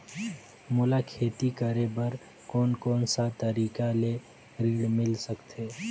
मोला खेती करे बर कोन कोन सा तरीका ले ऋण मिल सकथे?